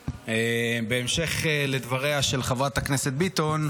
בהמשך לדבריה של חברת הכנסת ביטון,